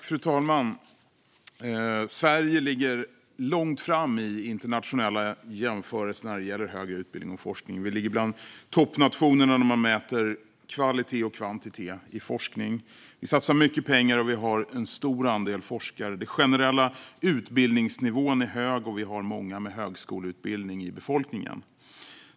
Fru talman! Sverige ligger i internationella jämförelser långt framme när det gäller högre utbildning och forskning. Vi ligger bland toppnationerna när det gäller kvalitet och kvantitet i forskning. Vi satsar mycket pengar och har en stor andel forskare. Den generella utbildningsnivån är hög, och vi har många med högskoleutbildning i befolkningen.